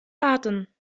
raten